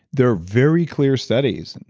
there are very clear studies.